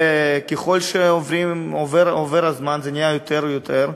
וככל שעובר הזמן זה נהיה יותר ויותר,